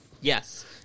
Yes